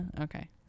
Okay